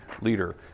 leader